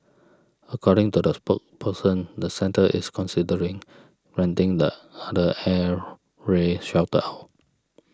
according to the spokesperson the centre is considering renting the other air raid shelter out